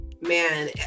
man